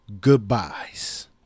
goodbyes